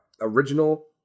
original